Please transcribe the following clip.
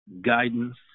guidance